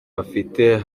bafite